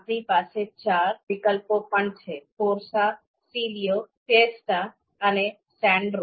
આપણી પાસે ચાર વિકલ્પો પણ છે કોર્સા ક્લિઓ ફિયેસ્ટા અને સાન્ડેરો